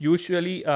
Usually